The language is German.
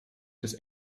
des